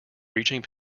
reaching